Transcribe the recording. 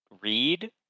read